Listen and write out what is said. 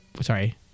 sorry